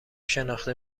شناخته